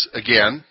again